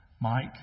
Mike